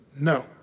No